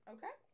Okay